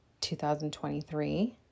2023